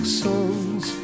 songs